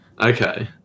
Okay